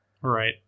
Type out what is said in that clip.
Right